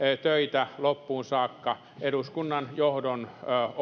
töitä loppuun saakka eduskunnan johdon